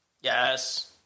Yes